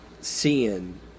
sin